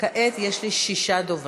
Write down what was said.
כעת יש שישה דוברים.